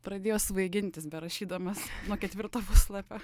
pradėjo svaigintis berašydamas nuo ketvirto puslapio